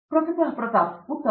ಪ್ರತಾಪ್ ಹರಿಡೋಸ್ ಸರಿ ಉತ್ತಮ